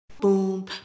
Boom